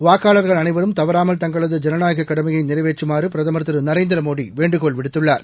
வாக்காளர்கள் அனைவரும் தவறாமல் தங்களது ஜனநாயக கடமையை ள நிறைவேற்றுமாறு பிரதமர் திரு நரேந்திரமோடி வேண்டுகோள் விடுத்துள்ளார்